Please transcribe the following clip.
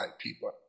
people